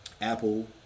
Apple